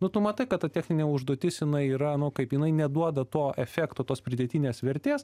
nu to matai kad ta techninė užduotis jinai yra nu kaip jinai neduoda to efekto tos pridėtinės vertės